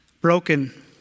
broken